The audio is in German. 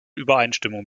übereinstimmung